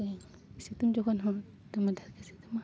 ᱥᱤᱛᱩᱝ ᱡᱚᱠᱷᱚᱱ ᱦᱚᱸ ᱫᱚᱢᱮ ᱫᱷᱟᱨ ᱜᱮ ᱥᱤᱛᱩᱝᱟ